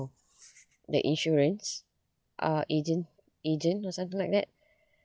the insurance uh agent agent or something like that